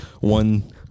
One